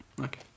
Okay